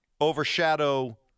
overshadow